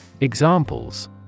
Examples